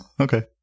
okay